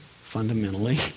fundamentally